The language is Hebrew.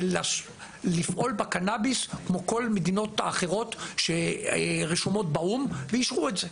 ולפעול בקנביס כמו כל מדינות האחרות שרשומות באו"ם ואישרו את זה.